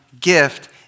gift